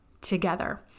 together